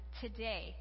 today